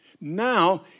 Now